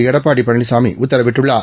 எடப்பாடி பழனிசாமி உத்தரவிட்டுள்ளார்